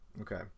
Okay